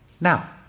Now